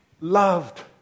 loved